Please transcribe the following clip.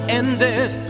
ended